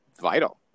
vital